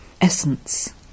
Essence